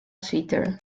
sweeter